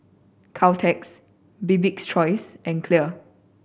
Caltex Bibik's Choice and Clear